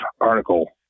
article